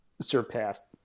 surpassed